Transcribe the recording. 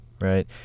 Right